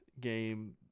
game